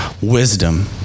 wisdom